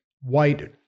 white